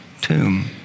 tomb